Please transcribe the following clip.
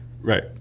Right